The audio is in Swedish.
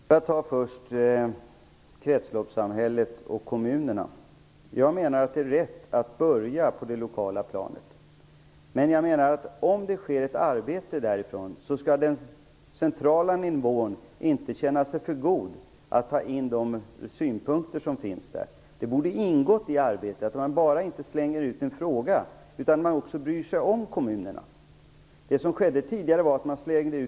Herr talman! Låt mig börja med kretsloppssamhället och kommunerna. Jag menar att det är rätt att börja på det lokala planet. Men om det sker ett arbete där skall den centrala nivån inte känna sig för god att ta in de synpunkter som finns där. Det borde ingått i arbetet. Man slänger inte bara ut en fråga, utan man skall också bry sig om kommunerna. Det borde ha varit självklart att inte bara slänga ut en uppgift till kommunerna, utan också bry sig om vad som sker där.